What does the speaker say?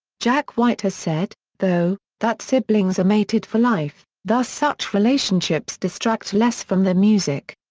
jack white has said, though, that siblings are mated for life, thus such relationships distract less from the music.